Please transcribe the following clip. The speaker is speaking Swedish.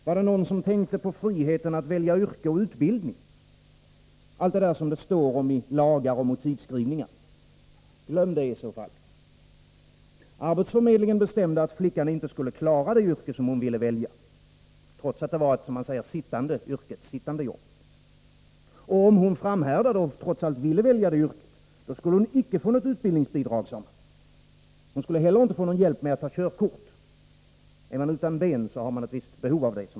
Var det någon som tänkte på friheten att välja yrke och utbildning — allt det där som det står om i lagar och motivskrivningar? Glöm det i så fall! Arbetsförmedlingen bestämde att flickan inte skulle klara det yrke hon ville välja, trots att det var ett ”sittande” jobb. Om hon framhärdade med att välja det yrket skulle hon inte få något utbildningsbidrag, sade man. Hon skulle inte heller få hjälp med att ta körkort. Utan ben har man som bekant ett visst behov av det.